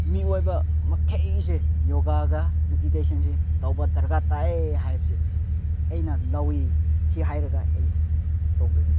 ꯃꯤꯑꯣꯏꯕ ꯃꯈꯩꯁꯦ ꯌꯣꯒꯥꯒ ꯃꯦꯗꯤꯇꯦꯁꯟꯁꯦ ꯇꯧꯕ ꯗꯔꯀꯥꯔ ꯇꯥꯏ ꯍꯥꯏꯕꯁꯦ ꯑꯩꯅ ꯂꯧꯏ ꯑꯁꯤ ꯍꯥꯏꯔꯒ ꯑꯩ ꯇꯣꯛꯂꯒꯦ